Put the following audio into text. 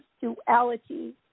duality